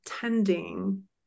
tending